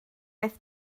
beth